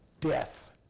death